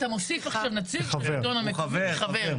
אתה מוסיף עכשיו נציג של שלטון המקומי כחבר.